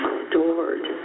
stored